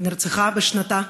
היא נרצחה בשנתה,